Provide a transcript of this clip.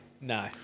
No